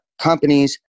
companies